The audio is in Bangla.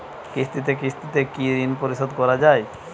কিস্তিতে কিস্তিতে কি ঋণ পরিশোধ করা য়ায়?